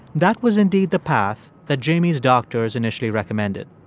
that was indeed the path that jamie's doctors initially recommended.